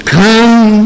come